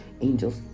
angels